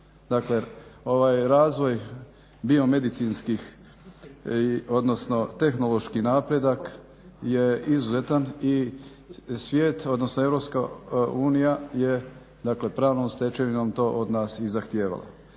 Dakle, ovaj razvoj biomedicinskih odnosno tehnološki napredak je izuzetan i svijet odnosno EU je dakle pravnom stečevinom to od nas i zahtijevala.